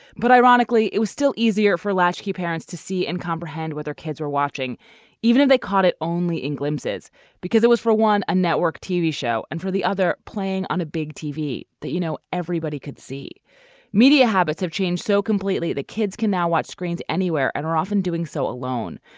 but ironically it was still easier for latchkey parents to see and comprehend whether kids were watching even if they caught it only in glimpses because it was for one a network tv show and for the other. playing on a big tv that you know everybody could see media habits have changed so completely the kids can now watch screens anywhere and are often doing so alone.